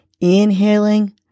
inhaling